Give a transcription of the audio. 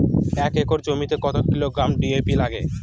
এক একর জমিতে কত কিলোগ্রাম ডি.এ.পি লাগে?